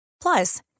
Plus